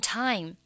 time